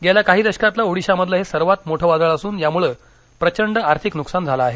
गेल्या काही दशकातलं ओडिशामधलं हे सर्वात मोठं वादळ असून यामुळे प्रचंड आर्थिक नुकसान झालं आहे